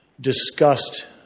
discussed